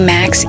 Max